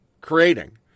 creating